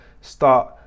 start